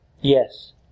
Yes